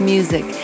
Music